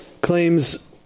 claims